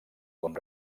com